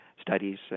studies